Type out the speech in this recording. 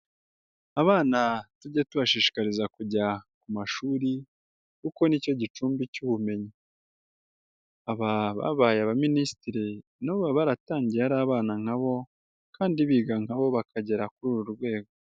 Abana tujya tubashishikariza kujya ku mashuri kuko nicyo gicumbi cy'ubumenyi. Aba babaye abaminisitiri nabo baba baratangiye ari abana nkabo kandi biga nkabo bakagera kuri uru rwego.